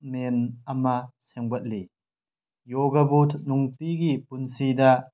ꯃꯦꯟ ꯑꯃ ꯁꯦꯝꯒꯠꯂꯤ ꯌꯣꯒꯕꯨ ꯅꯨꯡꯇꯤꯒꯤ ꯄꯨꯁꯤꯗ